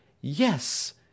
Yes